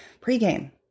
Pregame